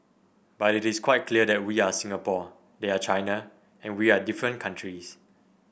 but it is quite clear that we are Singapore they are China and we are different countries